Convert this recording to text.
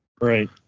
Right